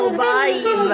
bye